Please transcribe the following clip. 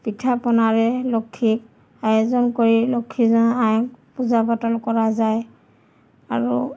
পিঠা পনাৰে লক্ষীক আয়োজন কৰি লক্ষীজন আইক পূজা পাতল কৰা যায় আৰু